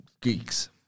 geeks